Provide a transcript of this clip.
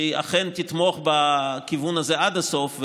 והיא אכן תתמוך בכיוון הזה עד הסוף,